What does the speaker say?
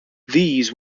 these